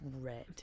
Red